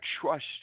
trust